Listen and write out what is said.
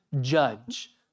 judge